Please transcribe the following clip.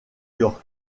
york